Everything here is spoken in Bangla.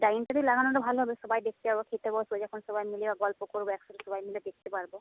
ডাইনিংটাতেই লাগানোটা ভালো হবে সবাই দেখতে পাব খেতে বসব যখন সবাই মিলে গল্প করব একসাথে সবাই মিলে দেখতে পারব